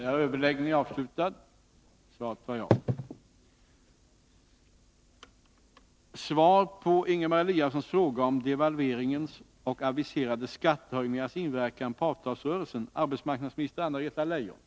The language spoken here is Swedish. Kommentarerna från löntagarorganisationerna till beslutet om devalvering av svenska kronan och till aviserade skattehöjningar har av naturliga skäl andats djup oro. På vilket sätt avser regeringen mildra de svårigheter i avtalsrörelsen som devalveringen och aviserade skattehöjningar medför?